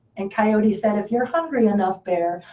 and coyote said, if you're hungry enough, bear,